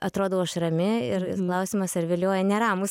atrodau aš rami ir ir klausimas ar vilioja neramūs